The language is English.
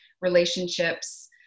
relationships